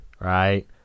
right